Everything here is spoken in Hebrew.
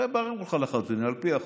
הרי ברור לך לחלוטין שעל פי החוק,